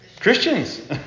Christians